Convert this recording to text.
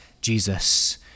Jesus